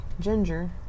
ginger